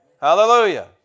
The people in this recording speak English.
Hallelujah